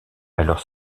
alors